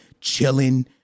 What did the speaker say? Chilling